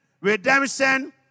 redemption